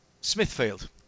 Smithfield